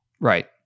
Right